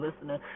listening